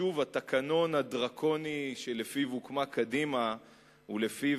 שוב התקנון הדרקוני שלפיו הוקמה קדימה ולפיו